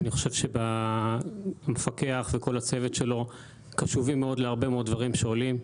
אני חושב שהמפקח וכל הצוות שלו קשובים מאוד להרבה מאוד דברים שעולים.